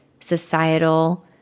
societal